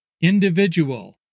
individual